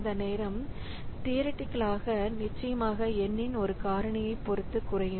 இந்த நேரம் தியரிடிகளி நிச்சயமாக N இன் ஒரு காரணியை பொருத்து குறையும்